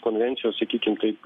konvencijos sakykim taip